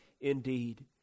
indeed